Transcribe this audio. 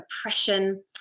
oppression